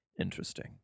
Interesting